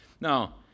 Now